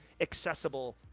accessible